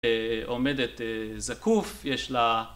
עומדת זקוף, יש לה